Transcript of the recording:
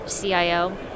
CIO